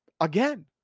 Again